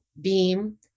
beam